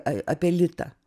apie litą